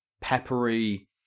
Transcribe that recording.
peppery